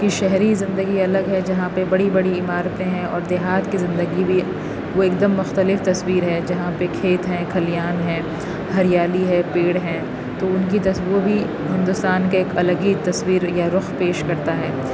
کی شہری زندگی الگ ہے جہاں پہ بڑی بڑی عمارتیں ہیں اور دیہات کی زندگی بھی وہ ایک دم مختلف تصویر ہے جہاں پہ کھیت ہیں کھلیان ہیں ہریالی ہے پیڑ ہیں تو ان کی تص وہ بھی ہندوستان کے ایک الگ ہی تصویر یا رخ پیش کرتا ہے